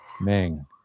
Ming